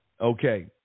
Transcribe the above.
Okay